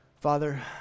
Father